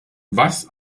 was